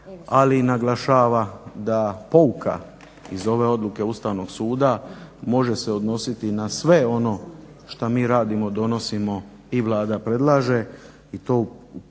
i naglašava da pouka iz ove odluke Ustavnog suda može se odnositi na sve ono što mi radimo, donosimo i Vlada predlaže